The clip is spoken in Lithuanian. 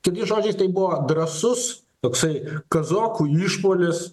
kitais žodžiais tai buvo drąsus toksai kazokų išpuolis